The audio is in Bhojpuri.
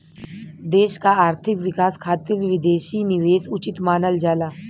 देश क आर्थिक विकास खातिर विदेशी निवेश उचित मानल जाला